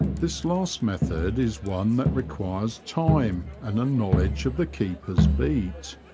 this last method is one that re quires time and a knowledge of the keeper's beat.